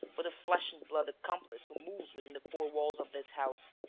but the flesh-and-blood accomplice who moves within the four walls of this house.